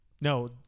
No